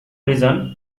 reason